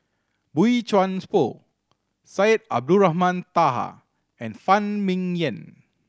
Boey Chuan Poh Syed Abdulrahman Taha and Phan Ming Yen